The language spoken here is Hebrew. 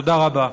תודה רבה.